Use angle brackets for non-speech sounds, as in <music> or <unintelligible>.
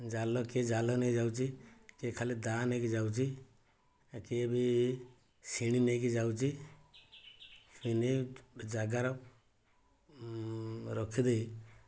ଜାଲ କିଏ ଜାଲ ନେଇ ଯାଉଛି କିଏ ଖାଲି ଦାଆ ନେଇକି ଯାଉଛି <unintelligible> କିଏ ବି ଶେଣି ନେଇକି ଯାଉଛି ସେମିତି ଜାଗାର ରଖିଦେଇ